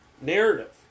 narrative